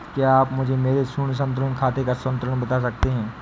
क्या आप मुझे मेरे शून्य संतुलन खाते का संतुलन बता सकते हैं?